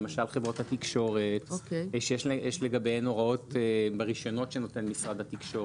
למשל חברות התקשורת שיש לגביהן הוראות ברישיונות שנותן משרד התקשורת,